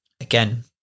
again